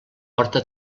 porta